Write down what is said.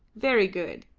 very good.